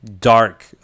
dark